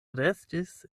restis